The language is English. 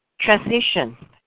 transition